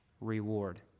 reward